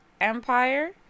Empire